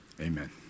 Amen